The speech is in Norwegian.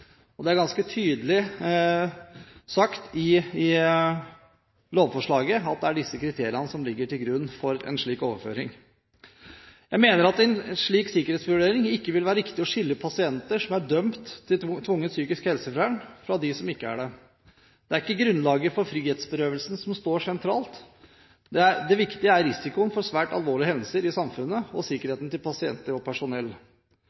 personell. Det er ganske tydelig sagt i lovforslaget at det er disse kriteriene som ligger til grunn for en slik overføring. Jeg mener at det i en slik sikkerhetsvurdering ikke vil være riktig å skille pasienter som er dømt til tvungent psykisk helsevern, fra dem som ikke er det. Det er ikke grunnlaget for frihetsberøvelsen som står sentralt, det viktige er risikoen for svært alvorlige hendelser i samfunnet og sikkerheten til pasienter og personell.